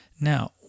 Now